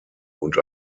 und